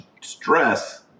stress